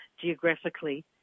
geographically